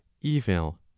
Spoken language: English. evil